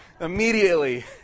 Immediately